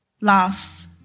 Loss